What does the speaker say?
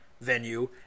venue